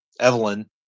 Evelyn